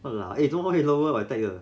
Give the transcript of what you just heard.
!walao! eh 做么可以 lower attack 的